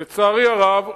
לצערי הרב,